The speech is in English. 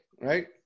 Right